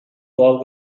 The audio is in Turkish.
doğal